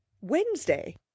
wednesday